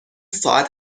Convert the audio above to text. ساعت